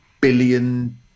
billion